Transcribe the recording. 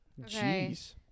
Jeez